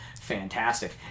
fantastic